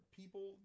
people